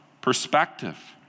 perspective